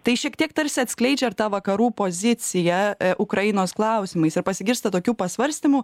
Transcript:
tai šiek tiek tarsi atskleidžia ir tą vakarų poziciją ukrainos klausimais ir pasigirsta tokių pasvarstymų